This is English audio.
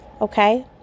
Okay